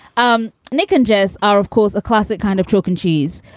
um nick and jess are, of course, a classic kind of chalk and cheese.